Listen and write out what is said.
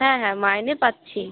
হ্যাঁ হ্যাঁ মাইনে পাচ্ছি